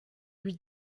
lui